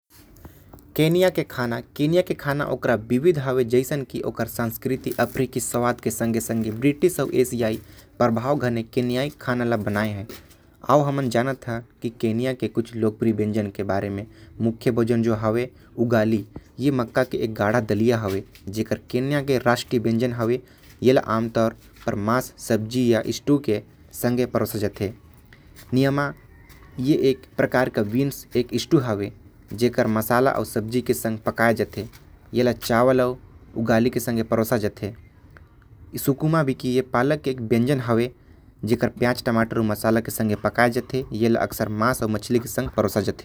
केन्या के खाना अफ्रीकी स्वाद के संघे संघे ब्रिटिश भी होथे। केन्या के कुछ लोकप्रिय व्यंजन होथे उगाली जो। यहा के राष्ट्रीय भोजनो हवे ए हर मक्का के गाढ़ा दलिया होथे। एला आमतौर म मांस सब्जी अउ स्टू के साथ परोशे जाथे। सुकुमाबिकी भी एक पालक के सब्जी होथे। जेला प्याज अउ टमाटर के साथ पकाये जाथे।